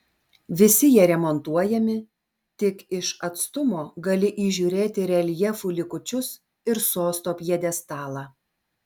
visi jie remontuojami tik iš atstumo gali įžiūrėti reljefų likučius ir sosto pjedestalą